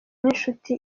n’inshuti